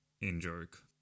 in-joke